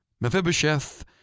Mephibosheth